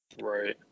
Right